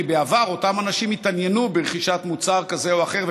כי בעבר אותם אנשים התעניינו ברכישת מוצר כזה או אחר,